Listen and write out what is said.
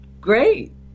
Great